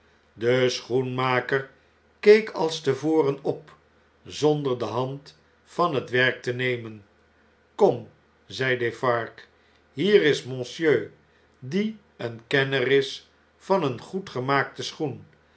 de schoenmaker keek als te voren op zonder de hand van het werk te nemen kom zei defarge hier is monsieur die een kenner is van een goed gemaakten schoen